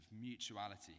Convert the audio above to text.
mutuality